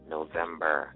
November